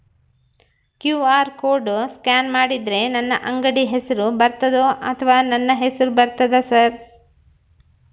QR code scan ಮಾಡಿದರೆ ನನ್ನ ಅಂಗಡಿ ಹೆಸರು ಬರ್ತದೋ ಅಥವಾ ನನ್ನ ಹೆಸರು ಬರ್ತದ ಸರ್?